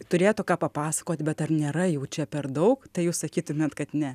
turėtų ką papasakot bet ar nėra jau čia per daug tai jūs sakytumėt kad ne